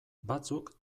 batzuk